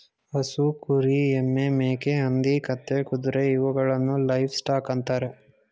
ಹಸು, ಕುರಿ, ಎಮ್ಮೆ, ಮೇಕೆ, ಹಂದಿ, ಕತ್ತೆ, ಕುದುರೆ ಇವುಗಳನ್ನು ಲೈವ್ ಸ್ಟಾಕ್ ಅಂತರೆ